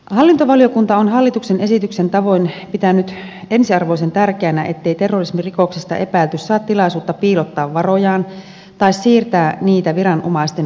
hallintovaliokunta on hallituksen esityksen tavoin pitänyt ensiarvoisen tärkeänä ettei terrorismirikoksesta epäilty saa tilaisuutta piilottaa varojaan tai siirtää niitä viranomaisten ulottumattomiin